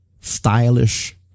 stylish